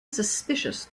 suspicious